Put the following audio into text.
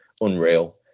Unreal